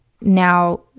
now